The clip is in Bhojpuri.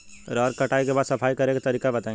रहर के कटाई के बाद सफाई करेके तरीका बताइ?